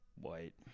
White